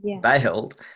bailed